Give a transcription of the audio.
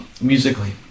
musically